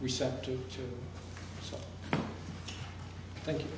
receptive to thank you